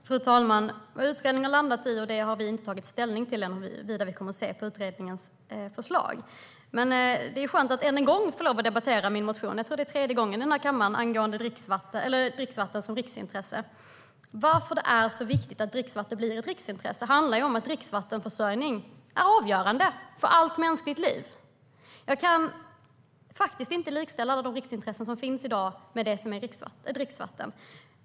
Fru talman! Vi har inte tagit ställning än till hur vi kommer att se på utredningens förslag. Det är skönt att än en gång få lov att debattera min motion. Det är tredje gången vi i kammaren debatterar dricksvatten som riksintresse. Varför det är så viktigt att dricksvatten blir ett riksintresse handlar om att dricksvattenförsörjning är avgörande för allt mänskligt liv. Jag kan faktiskt inte likställa de riksintressen som finns i dag med dricksvatten.